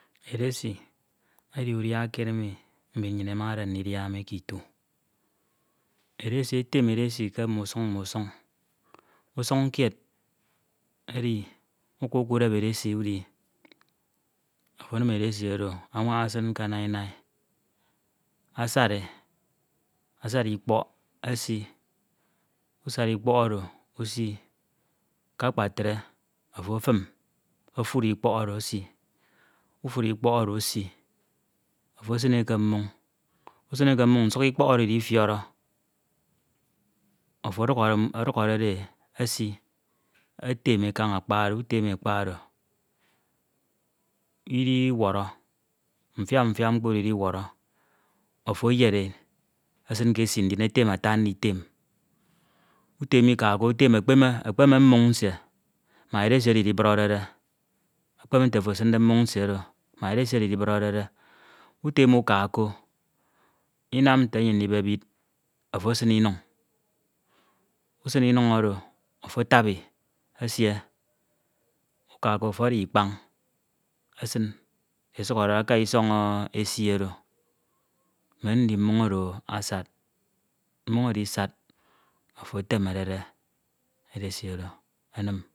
Edesi edi udia kied emi nnyin imade ndia mi ke etu. Edesi etem edesi k'usañ k'usañ. Usañ kied edi uka ukedep edesi udi afo enini edesi anwaña esin ke Naina, asad, asad edesi ikpo esi, asad ikpo Oro esi usad ikpok Oro usi me akpode ofo efan ofuri ikọpk oro esi ufuri ikpọk oro usi ofo esin ete mmoñ usin e ke mmoñ usuk ikpọk oro idifiọrọ afo ọdukhọrede e esi etem kaña akpa oro utem ekaña akpa oro idiwọrọ mfia mfia mkpo oro idiwọrọ ofo eyed e esin ke esi ndin etem e ata nditem utem e uka ko, ekpeme ekpeme mmoñ nsie mak edesi oro idiburọnede ekpeme nte ofo esinde mmoñ nsie oro edesi oro idiburọrede utem e uka ko, inam nte eyem ndibebid ofo esin inuñ usin inuñ oro ofo atabi ufabi esie uka ko afo ada ikpañ esin esukbode aka isọñ esi oro mme ndi mmoñ oro asad mmoñ oro isad afo etemerede esi oro enim